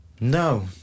No